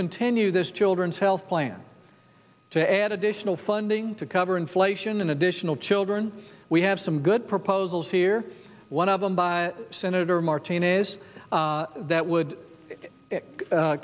continue this children's health plan to add additional funding to cover inflation and additional children we have some good proposals here one of them by senator martinez that would